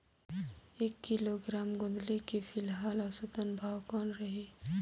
एक किलोग्राम गोंदली के फिलहाल औसतन भाव कौन रही?